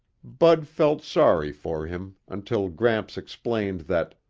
bud felt sorry for him until gramps explained that,